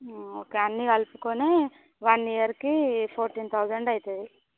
okay అన్నీ కలుపుకొని one ఇయర్కి ఫోర్టీన్ థౌసండ్ అవుతుంది